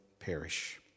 perish